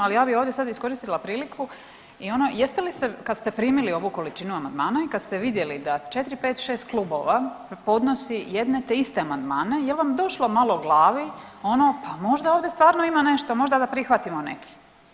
Ali ja bih ovdje sad iskoristila priliku i ono jeste li se kad ste primili ovu količinu amandmana i kad ste vidjeli da 4, 5, 6 klubova podnosi jedne te iste amandmane, jel' vam došlo malo u glavi ono pa možda ovdje stvarno ima nešto, možda da prihvatimo neki.